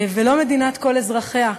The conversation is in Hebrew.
ולא מדינת כל אזרחיה.